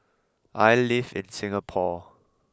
I live in Singapore